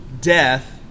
death